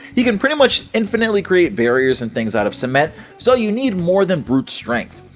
he can pretty much infinitely create barriers and things out of cement, so you need more than brute strength!